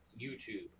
YouTube